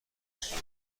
زور